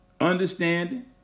understanding